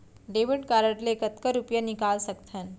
Debit card ले कतका रुपिया निकाल सकथन?